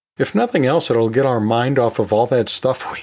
if nothing else that will get our mind off of all that stuff we